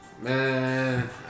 Man